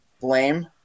blame